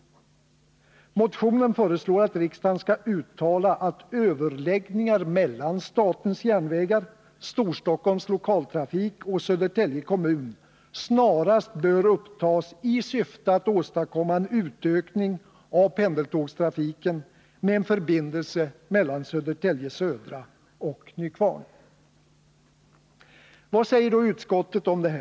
I motionen föreslås att riksdagen skall uttala att överläggningar mellan statens järnvägar, Storstockholms Lokaltrafik och Södertälje kommun snarast skall upptas i syfte att åstadkomma en utökning av pendeltågstrafiken med en förbindelse mellan Södertälje södra och Nykvarn. Vad säger då utskottet om detta?